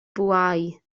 bwâu